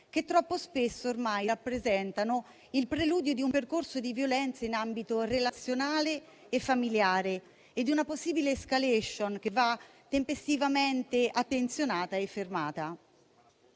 che troppo spesso ormai rappresentano il preludio di un percorso di violenza in ambito relazionale e familiare e di una possibile *escalation* che va tempestivamente attenzionata e fermata.